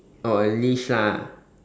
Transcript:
oh a leash lah